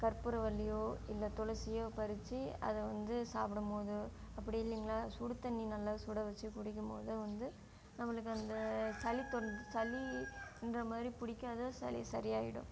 என்ன கற்பூரவல்லியோ இல்லை துளசியோ பறித்து அதை வந்து சாப்பிடும் போது அப்படி இல்லைங்களா சுடுத்தண்ணி நல்லா சுட வெச்சி குடிக்கும் போது வந்து நம்மளுக்கு அந்த சளி தொந்த சளின்ற மாதிரி புடிக்காது சளி சரியாகிடும்